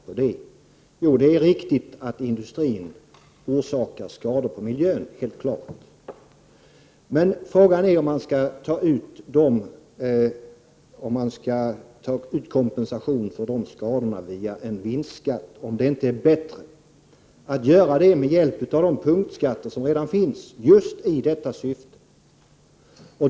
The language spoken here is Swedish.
Det är självfallet riktigt att industrin orsakar skador på miljön. Men frågan är om man skall ta ut kompensation för de skadorna via en vinstskatt eller om det inte är bättre att göra detta genom de punktskatter som redan finns just i detta syfte.